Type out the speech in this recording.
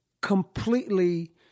completely